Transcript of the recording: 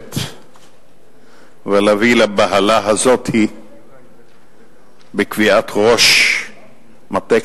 ללכת ולהביא לבהלה הזאת בקביעת ראש מטה